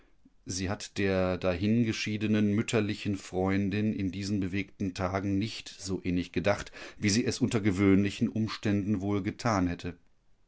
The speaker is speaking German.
sie hat der dahingeschiedenen mütterlichen freundin in diesen bewegten tagen nicht so innig gedacht wie sie es unter gewöhnlichen umständen wohl getan hätte